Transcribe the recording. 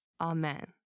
Amen